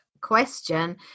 question